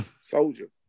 Soldier